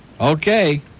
Okay